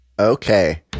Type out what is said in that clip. Okay